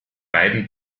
beiden